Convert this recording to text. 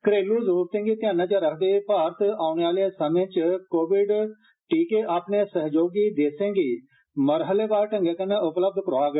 घरेलू जरुरतें गी ध्यानै च रखदे होई भारत औने आले समे च कोविड टीर्के अपने सहयोगी देर्श गी मरहलेवार ढंगै कन्ने टीके उपलब्ध करोआग